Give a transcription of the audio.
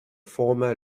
former